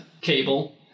cable